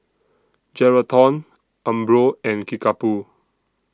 Geraldton Umbro and Kickapoo